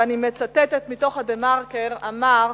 ואני מצטטת מתוך "דה-מרקר" אמר: